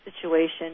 situation